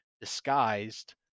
disguised